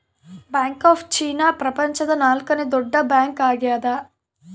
bank of China ಪ್ರಪಂಚದ ನಾಲ್ಕನೆ ದೊಡ್ಡ ಬ್ಯಾಂಕ್ ಆಗ್ಯದ